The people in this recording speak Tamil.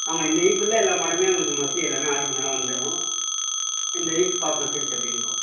ஆமாம் இந்த வீக்குள்ளே எல்லா மாடலுமே உங்களுக்கு மோஸ்ட்லி எல்லாமே ஆர்டரு பண்ணதெல்லாம் வந்துரும் இந்த வீக் பார்ப்போம் சேல்ஸ் எப்படி இருக்குன்னு பார்ப்போம்